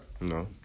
No